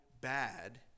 bad